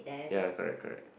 ya correct correct